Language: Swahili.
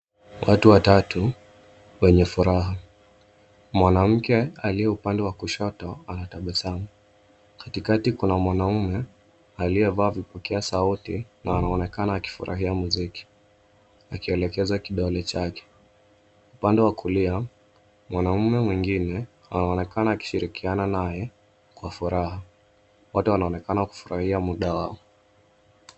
Watu watatu wenye furaha mwanamke aliye upande wa kushoto anatabasamu. Katikati kuna mwanaume aliyevaa vipokea sauti na anaonekana akifurahia muziki akielekeza kidole chake. Upande wa kulia mwanaume mwingine anaonekana akishirikiana naye kwa furaha wote wanaonekana kufurahia muda wao.